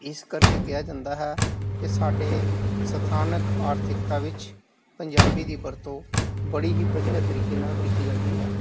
ਇਸ ਕਰਕੇ ਕਿਹਾ ਜਾਂਦਾ ਹੈ ਕਿ ਸਾਡੇ ਸਥਾਨਕ ਆਰਥਿਕਤਾ ਵਿੱਚ ਪੰਜਾਬੀ ਦੀ ਵਰਤੋਂ ਬੜੀ ਹੀ ਵਧੀਆ ਤਰੀਕੇ ਨਾਲ ਕੀਤੀ ਜਾਂਦੀ ਹੈ